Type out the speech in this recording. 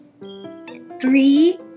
three